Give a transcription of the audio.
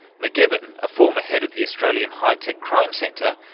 macgibbon, a former head of the australian high tech crime centre,